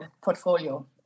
portfolio